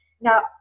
now